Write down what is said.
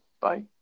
Bye